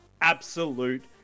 absolute